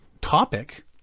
topic